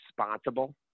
responsible